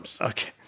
Okay